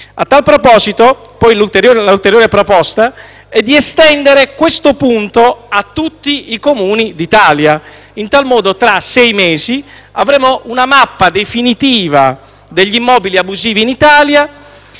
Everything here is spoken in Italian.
A tal proposito l’ulteriore proposta è quella di estendere questo punto a tutti i Comuni d’Italia. Così facendo tra sei mesi avremo una mappa definitiva degli immobili abusivi in Italia